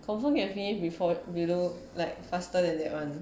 confirm can finish before below like faster than [one]